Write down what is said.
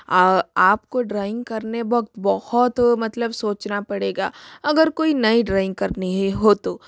आपको ड्राइंग करने वक्त बहुत मतलब सोचना पड़ेगा अगर कोई नई ड्राइंग करनी है हो तो